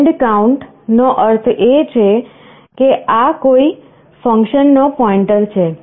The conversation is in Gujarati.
count નો અર્થ છે કે આ કોઈ ફંક્શન નો પોઇન્ટર છે